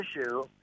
issue